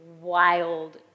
wild